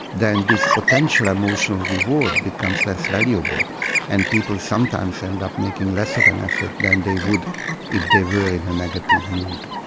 then this potential emotional reward becomes less valuable and people sometimes end up making less of an effort than they would if they were in a negative mood.